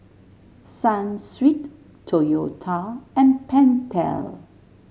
Sunsweet Toyota and Pentel